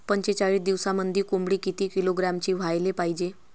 पंचेचाळीस दिवसामंदी कोंबडी किती किलोग्रॅमची व्हायले पाहीजे?